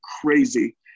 crazy